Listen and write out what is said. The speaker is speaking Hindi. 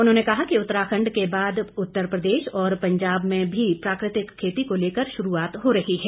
उन्होंने कहा कि उत्तराखंड के बाद उत्तरप्रदेश और पंजाब में भी प्राकृतिक खेती को लेकर शुरूआत हो रही है